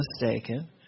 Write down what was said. mistaken